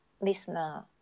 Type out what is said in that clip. listener